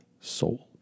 Soul